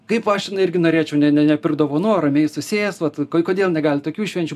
kaip aš n irgi norėčiau ne ne nepirkt dovanų o ramiai susėst vat ko kodėl negali tokių švenčių